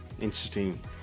interesting